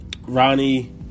Ronnie